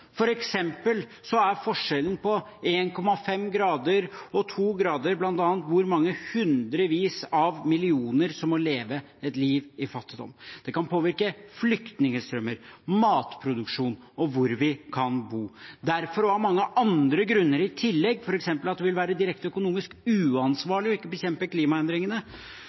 er forskjellen på 1,5 grader og 2 grader bl.a. hvor mange hundrevis av millioner som må leve et liv i fattigdom. Det kan påvirke flyktningstrømmer, matproduksjon og hvor vi kan bo. Derfor, og av mange andre grunner i tillegg – f.eks. at det vil være direkte økonomisk uansvarlig ikke å bekjempe klimaendringene